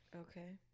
Okay